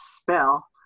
spell